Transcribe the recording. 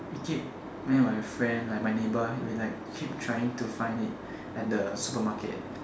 it keep me and my friend like my neighbour we like keep trying to find it at the supermarket